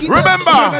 Remember